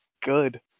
good